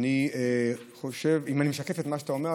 אם אני משקף את מה שאתה אומר,